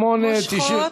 מושכות,